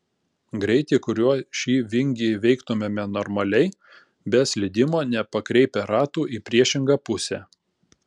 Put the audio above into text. greitį kuriuo šį vingį įveiktumėme normaliai be slydimo nepakreipę ratų į priešingą pusę